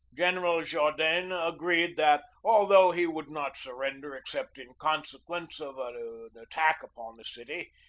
general jaudenes agreed that, although he would not surrender except in consequence of an attack upon the city,